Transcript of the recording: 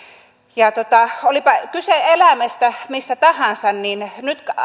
ja olipa kyse eläimestä mistä tahansa niin nyt